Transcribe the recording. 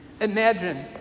Imagine